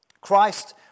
Christ